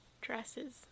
dresses